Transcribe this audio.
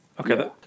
Okay